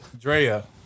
Drea